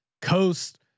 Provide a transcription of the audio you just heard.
Coast